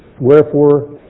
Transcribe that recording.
Wherefore